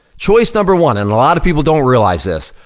choice number one, and a lot of people don't realize this,